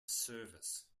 service